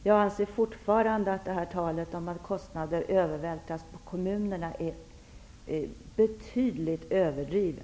Jag anser fortfarande att detta tal om att kostnader övervältras på kommunerna är betydligt överdrivet.